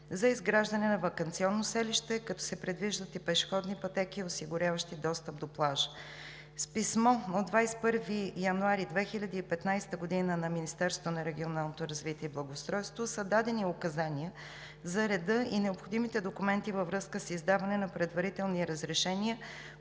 за изграждане на ваканционно селище, като се предвиждат и пешеходни пътеки, осигуряващи достъп до плажа. С писмо от 21 януари 2015 г. на Министерството на регионалното развитие и благоустройството са дадени указания за реда и необходимите документи във връзка с издаване на предварителни разрешения